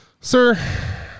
Sir